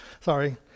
Sorry